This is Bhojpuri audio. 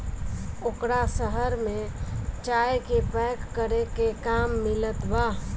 ओकरा शहर में चाय के पैक करे के काम मिलत बा